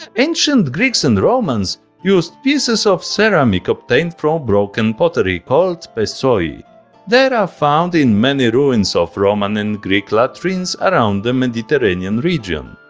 ancient greeks and romans used pieces of ceramic obtained from broken pottery called pessoi. yeah they are found in many ruins of roman and greek latrines around the mediterranean region.